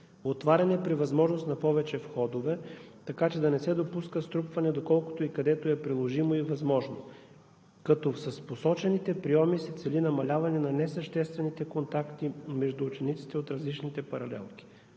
отваряне при възможност на повече входове, така че да не се допуска струпване, доколкото и където е приложимо и възможно, като с посочените прийоми се цели намаляване на несъществените контакти между учениците от различните паралелки.